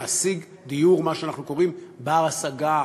להשיג דיור שאנחנו קוראים לו "בר-השגה",